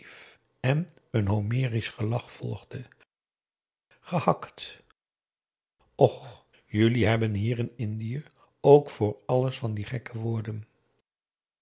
en een homerisch gelach volgde gehakt och jullie hebt hier in indië ook voor alles van die gekke woorden